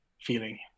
feeling